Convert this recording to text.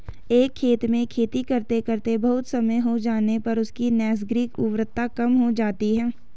एक खेत में खेती करते करते बहुत समय हो जाने पर उसकी नैसर्गिक उर्वरता कम हो जाती है